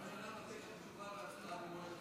הממשלה מבקשת תשובה והצבעה במועד